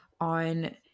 on